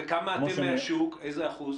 כמה אתם מהשוק - איזה אחוז?